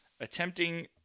attempting